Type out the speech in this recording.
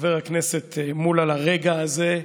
חבר הכנסת מולא, לרגע הזה.